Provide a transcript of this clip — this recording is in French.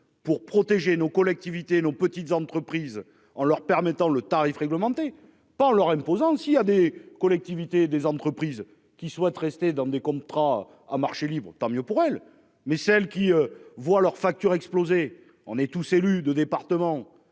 pour protéger nos collectivités et nos petites entreprises en leur permettant le tarif réglementé par leur imposant aussi à des collectivités, des entreprises qui souhaitent rester dans des contrats a marché libre tant mieux pour elle mais celles qui voient leur facture exploser. On est tous élus de départements.